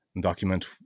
document